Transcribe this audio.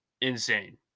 insane